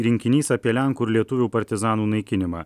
rinkinys apie lenkų ir lietuvių partizanų naikinimą